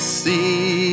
see